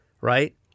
Right